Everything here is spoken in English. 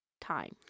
time